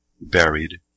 buried